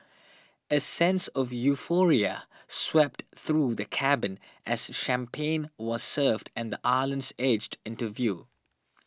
a sense of euphoria swept through the cabin as champagne was served and the edged into view